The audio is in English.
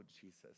Jesus